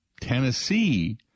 Tennessee